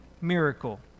miracle